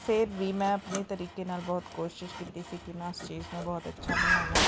ਫਿਰ ਵੀ ਮੈਂ ਆਪਣੇ ਤਰੀਕੇ ਨਾਲ ਬਹੁਤ ਕੋਸ਼ਿਸ਼ ਕੀਤੀ ਸੀ ਕਿ ਮੈਂ ਉਸ ਚੀਜ਼ ਨੂੰ ਬਹੁਤ ਅੱਛਾ ਬਣਾਵਾਂ